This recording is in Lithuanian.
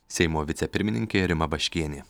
seimo vicepirmininkė rima baškienė